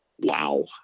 Wow